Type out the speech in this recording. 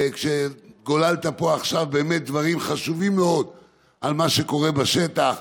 וגוללת פה עכשיו דברים חשובים מאוד על מה שקורה בשטח,